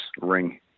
ring